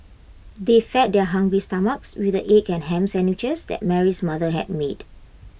they fed their hungry stomachs with the egg and Ham Sandwiches that Mary's mother had made